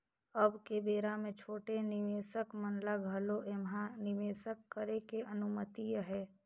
अब के बेरा मे छोटे निवेसक मन ल घलो ऐम्हा निवेसक करे के अनुमति अहे